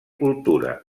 cultura